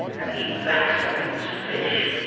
and he vaccinates fish.